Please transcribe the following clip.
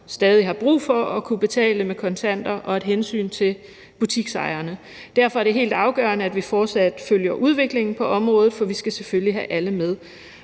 stadig har brug for at kunne betale med kontanter, og til butiksejerne. Derfor er det helt afgørende, at vi fortsat følger udviklingen på området, for vi skal selvfølgelig have alle med,